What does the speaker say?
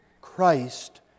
Christ